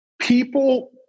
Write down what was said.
people